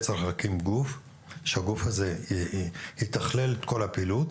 שצריך להקים גוף שיתכלל את כל הפעילות.